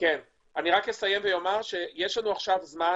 זה ייקח זמן